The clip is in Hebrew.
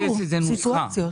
לחפש איזה נוסחה.